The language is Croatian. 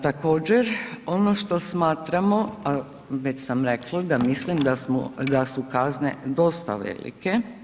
Također ono što smatramo a već sam rekla da mislim da su kazne dosta velike.